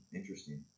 Interesting